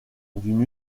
d’une